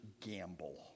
gamble